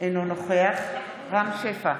אינו נוכח רם שפע,